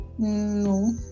No